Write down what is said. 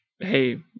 hey